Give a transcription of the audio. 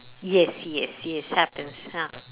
yes yes yes happens ah